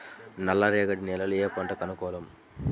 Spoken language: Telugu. నల్ల రేగడి నేలలు ఏ పంటకు అనుకూలం?